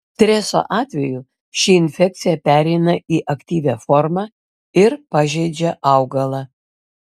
streso atveju ši infekcija pereina į aktyvią formą ir pažeidžia augalą